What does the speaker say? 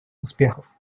успехов